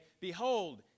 Behold